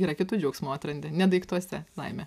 yra kitų džiaugsmų atrandi ne daiktuose laimę